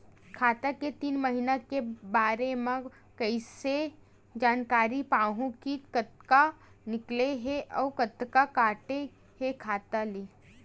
खाता के तीन महिना के बारे मा कइसे जानकारी पाहूं कि कतका निकले हे अउ कतका काटे हे खाता ले?